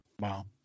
Wow